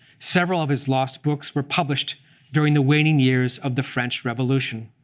several of his lost books were published during the waning years of the french revolution.